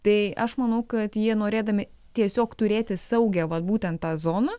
tai aš manau kad jie norėdami tiesiog turėti saugią vat būtent tą zoną